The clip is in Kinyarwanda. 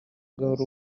ugahora